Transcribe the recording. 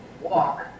walk